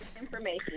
information